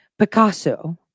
Picasso